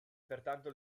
pertanto